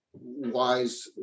Wise